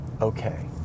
okay